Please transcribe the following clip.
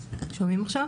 סייעות.